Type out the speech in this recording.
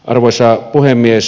arvoisa puhemies